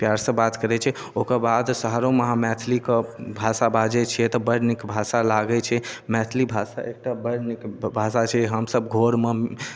प्यारसँ बात करै छै ओकर बाद शहरोमे अहाँ मैथलीके भाषा बाजै छियै तऽ बड़ नीक भाषा लागै छै मैथिली भाषा एकटा बड़ नीक ब भाषा छै हमसब घरमे